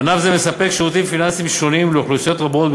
ענף זה מספק שירותים פיננסיים שונים לאוכלוסיות רבות,